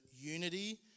unity